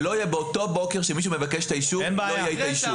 שלא יהיה באותו בוקר שמישהו מבקש את האישור והוא יהיה.